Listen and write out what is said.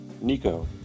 Nico